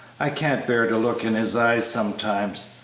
i can't bear to look in his eyes sometimes,